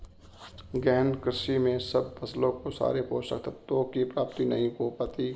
गहन कृषि में सब फसलों को सारे पोषक तत्वों की प्राप्ति नहीं हो पाती